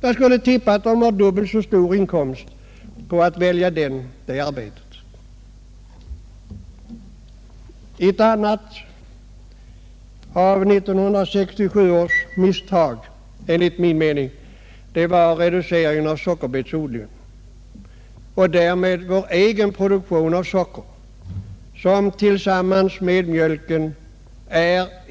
Jag skulle tippa att de fär dubbelt så stor inkomst om de väljer det arbetet. Ett annat av 1967 års misstag var enligt min mening reduceringen av sockerbetsodlingen och därmed vär egen produktion av socker -- liksom Allmänpolitisk debatt Allmänpolitisk debatt 10 mjölken